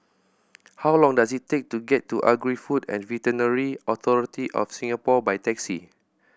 how long does it take to get to Agri Food and Veterinary Authority of Singapore by taxi